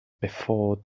before